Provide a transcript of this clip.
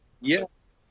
Yes